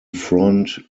front